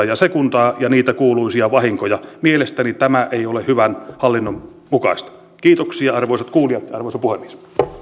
ja sekundaa ja niitä kuuluisia vahinkoja mielestäni tämä ei ole hyvän hallinnon mukaista kiitoksia arvoisat kuulijat ja arvoisa puhemies